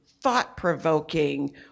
thought-provoking